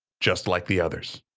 just like the others.